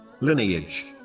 lineage